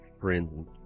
friends